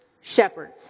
shepherds